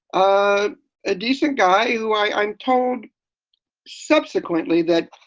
ah a decent guy who i am told subsequently that